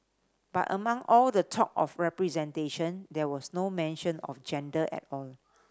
but among all the talk of representation there was no mention of gender at all